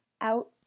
out